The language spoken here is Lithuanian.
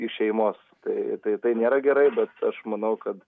iš šeimos tai tai tai nėra gerai bet aš manau kad